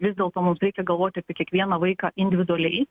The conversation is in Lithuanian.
vis dėlto mums reikia galvoti apie kiekvieną vaiką individualiai